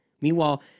Meanwhile